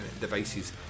devices